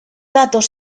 datos